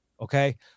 okay